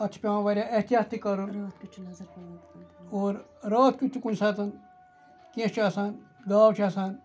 اتھ چھُ پیٚوان واریاہ احتِیاط تہِ کَرُن اور رٲتھ کیُتھ چھُ کُنہِ ساتہٕ کینٛہہ چھُ آسان گاو چھِ آسان